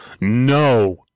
no